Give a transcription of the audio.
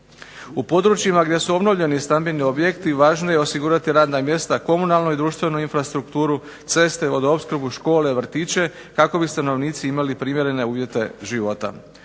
U područjima gdje su obnovljeni stambeni objekti važno je osigurati radna mjesta komunalnu i društvenu infrastrukturu, ceste, vodoopskrbu, škole, vrtiće, kako bi stanovnici imali primjerene uvjete života.